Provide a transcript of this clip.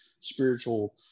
spiritual